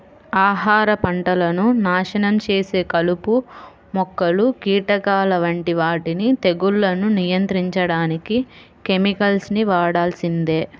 ఆహార పంటలను నాశనం చేసే కలుపు మొక్కలు, కీటకాల వంటి వాటిని తెగుళ్లను నియంత్రించడానికి కెమికల్స్ ని వాడాల్సిందే